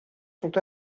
sont